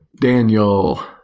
Daniel